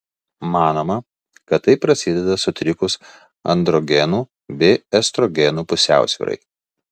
manoma kad tai prasideda sutrikus androgenų bei estrogenų pusiausvyrai